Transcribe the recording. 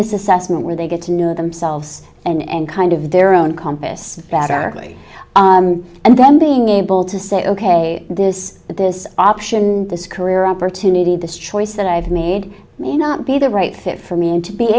this assessment where they get to know themselves and kind of their own compass bearing and then being able to say ok this this option this career opportunity this choice that i've made may not be the right fit for me and to be